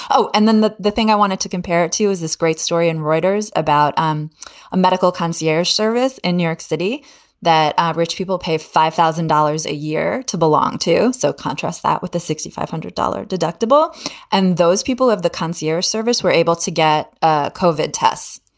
oh, and then the the thing i wanted to compare it to is this great story in reuters about um a medical concierge service in new york city that average people pay five thousand dollars a year to belong to. so contrast that with the sixty five hundred dollar deductible and those people have the concierge service were able to get ah covered tests